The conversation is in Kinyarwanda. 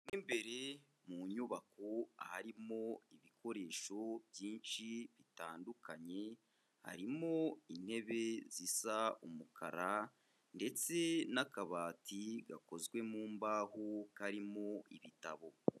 Mo imbere mu nyubako harimo ibikoresho byinshi bitandukanye, harimo intebe zisa umukara ndetse n'akabati gakozwe mu mbaho karimo ibitabo.